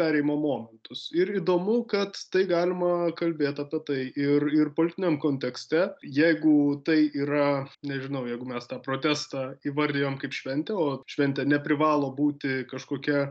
perėjimo momentus ir įdomu kad tai galima kalbėt apie tai ir ir politiniam kontekste jeigu tai yra nežinau jeigu mes tą protestą įvardijom kaip šventę o šventė neprivalo būti kažkokia